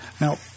Now